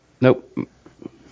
Nope